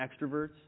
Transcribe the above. extroverts